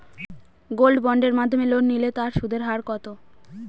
Gold বন্ডের মাধ্যমে loan নিলে তার সুদের হার কত?